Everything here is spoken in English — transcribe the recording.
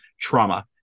trauma